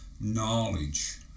knowledge